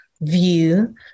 view